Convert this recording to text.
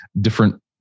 different